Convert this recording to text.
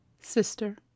Sister